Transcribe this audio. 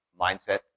mindset